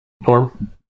Norm